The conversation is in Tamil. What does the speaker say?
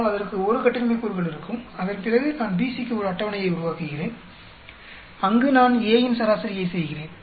ஆனால் அதற்கு 1 கட்டின்மை கூறுகள் இருக்கும் அதன் பிறகு நான் BC க்கு ஒரு அட்டவணையை உருவாக்குகிறேன் அங்கு நான் A இன் சராசரியை செய்கிறேன்